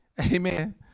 Amen